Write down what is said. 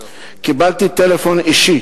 קיבלתי טלפון אישי